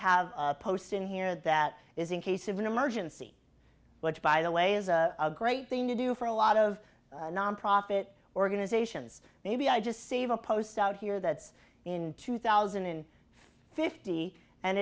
have posted here that is in case of an emergency which by the way is a great thing to do for a lot of nonprofit organizations maybe i just save a post out here that's in two thousand and fifty and